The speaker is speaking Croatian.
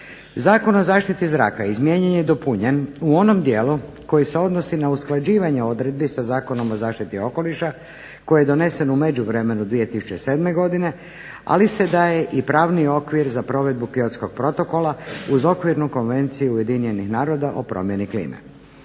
Zakon o zaštiti zraka izmijenjen i dopunjen u onom dijelu koji se odnosi na usklađivanje odredbi sa zakonom o zaštiti okoliša koji je donesen u međuvremenu 2007. godine, ali se daje i pravni okvir za provedbu Kyotskog protokola uz okvirnu konvenciju Ujedinjenih naroda o promjeni klime.